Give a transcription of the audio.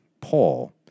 Paul